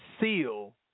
seal